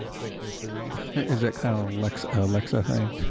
thank you, mr. reid. is it kind of alexa alexa thing?